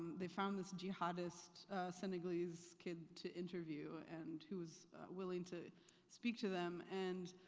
they found this jihadist senegalese kid to interview and who was willing to speak to them, and